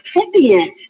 recipient